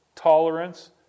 Tolerance